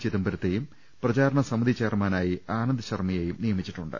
ചിദംബരത്തെയും പ്രചാരണ സമിതി ചെയർമാനായി ആനന്ദ് ശർമ്മയെയും നിയമിച്ചിട്ടുണ്ട്